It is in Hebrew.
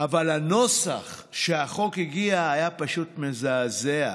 אבל הנוסח שהחוק הגיע היה פשוט מזעזע,